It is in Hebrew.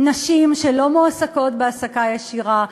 נשים שלא מועסקות בהעסקה ישירה,